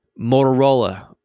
Motorola